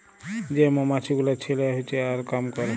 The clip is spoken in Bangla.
যে মমাছি গুলা ছেলা হচ্যে আর কাম ক্যরে